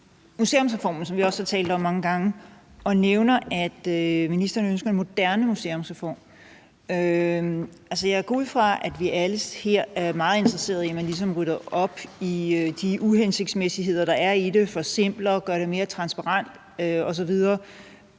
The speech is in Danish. museumsreformen, som vi også har talt om mange gange, og nævner, at han ønsker en moderne museumsreform. Jeg går ud fra, at vi alle her er meget interesseret i, at man ligesom rydder op i de uhensigtsmæssigheder, der er i det, forsimpler det og gør det mere transparent osv.,